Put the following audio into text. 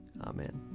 Amen